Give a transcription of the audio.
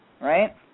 right